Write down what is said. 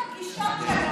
תגיד לה שתסיר את החסינות,